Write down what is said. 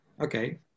Okay